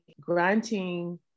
granting